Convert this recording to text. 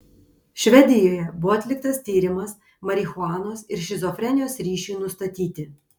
švedijoje buvo atliktas tyrimas marihuanos ir šizofrenijos ryšiui nustatyti